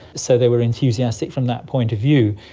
so they were enthusiastic from that point of view.